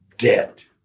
Debt